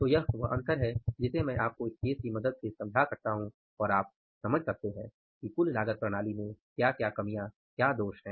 तो यह वह अंतर है जिसे मैं आपको इस केस की मदद से समझा सकता हूं और आप समझ सकते हैं कि कुल लागत प्रणाली में क्या दोष है